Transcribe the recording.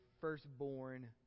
firstborn